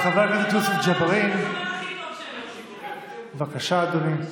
חבר הכנסת יוסף ג'בארין, בבקשה, אדוני.